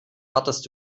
wartest